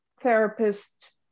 therapist